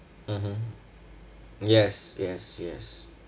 mmhmm yes yes yes